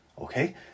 okay